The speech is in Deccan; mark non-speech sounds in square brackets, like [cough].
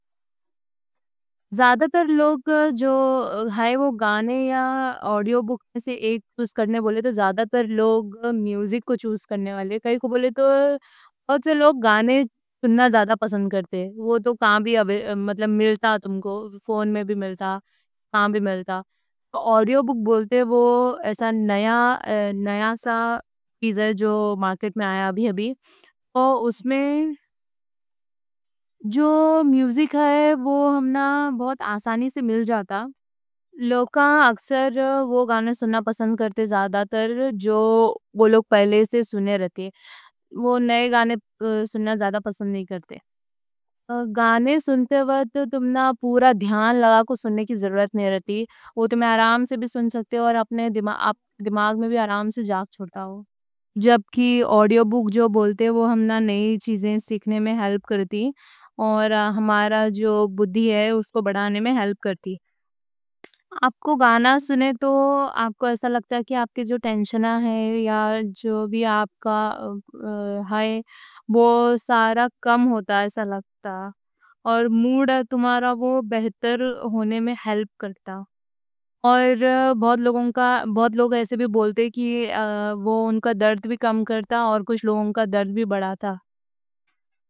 زیادہ تر لوگ جو ہیں وہ گانے یا آڈیو بک سے ایک چوز کرنے بولے تو۔ زیادہ تر لوگ میوزک کو چوز کرنے والے کائیں کوں بولے تو، بہت سے لوگ گانے سننا زیادہ پسند کرتے۔ وہ تو کائیں بھی ملتا، تم کو فون میں بھی ملتا، کائیں بھی ملتا۔ آڈیو بک بولتے وہ ایسا [hesitation] نیا سا چیز ہے جو مارکیٹ میں آیا ابھی ابھی۔ اور اُس میں [hesitation] جو میوزک ہے، وہ ہمنا بہت آسانی سے مل جاتا۔ لوگ اکثر گانے سننا پسند کرتے۔ زیادہ تر جو لوگ پہلے سے سنے رہتے، وہ نئے گانے سننا زیادہ پسند نہیں کرتے۔ گانے سنتے وقت ہمنا پورا دھیان لگانے کی ضرورت نہیں رہتی۔ وہ تو آرام سے بھی سن سکتے اور اپنے دماغ میں بھی آرام سے جا کے چھوڑتا ہوں۔ جبکہ آڈیو بک جو بولتے، وہ ہمنا نئے چیزیں سیکھنے میں ہیلپ کرتی اور ہمارا جو بُدّھی ہے اس کو بڑھانے میں ہیلپ کرتی۔ آپ کو گانا سنے تو آپ کو ایسا لگتا ہے کہ [hesitation] آپ کے جو ٹینشنہ ہے یا جو بھی آپ کا ہے وہ سارا کم ہوتا ایسا لگتا۔ اور موڈ تمہارا وہ بہتر ہونے میں ہیلپ کرتا۔ اور بہت لوگ ایسے بھی بولتے کہ وہ ان کا درد بھی کم کرتا اور کچھ لوگوں کا درد بھی بڑھا تھا۔